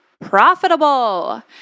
profitable